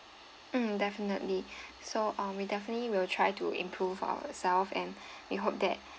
mm definitely so uh we definitely will try to improve ourselves and we hope that